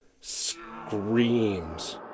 screams